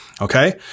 Okay